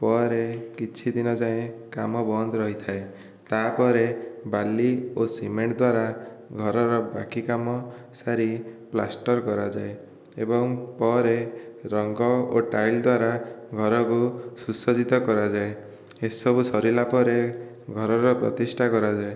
ପରେ କିଛିଦିନ ଯାଏଁ କାମ ବନ୍ଦ ରହିଥାଏ ତା'ପରେ ବାଲି ଓ ସିମେଣ୍ଟ ଦ୍ଵାରା ଘରର ବାକି କାମ ସାରି ପ୍ଲାଷ୍ଟର କରାଯାଏ ଏବଂ ପରେ ରଙ୍ଗ ଓ ଟାଇଲ୍ ଦ୍ଵାରା ଘରକୁ ସୁସଜ୍ଜିତ କରାଯାଏ ଏସବୁ ସରିଲା ପରେ ଘରର ପ୍ରତିଷ୍ଠା କରାଯାଏ